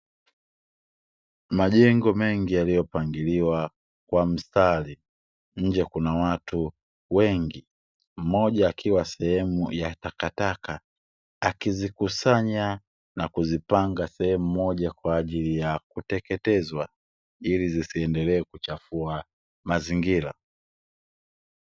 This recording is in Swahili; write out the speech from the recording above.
Majengo mengi yaliyopangiliwa kwa mstari. Nje Kuna watu wengi mmoja akiwa sehemu ya takataka, akizikusanya na kuzipanga sehemu moja kwa ajili ya kuteketezwa ili zisiendelee kuchafua mazingira.